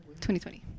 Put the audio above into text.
2020